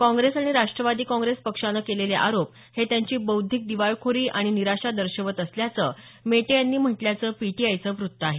काँप्रेस आणि राष्ट्रवादी काँप्रेस पक्षानं केलेले आरोप हे त्यांची बौद्धिक दिवाळखोरी आणि निराशा दर्शवत असल्याचं मेटे यांनी म्हंटल्याचं पीटीआयचं व्रत्त आहे